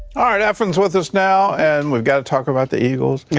ah right. efrem is with us now, and we've got to talk about the eagles.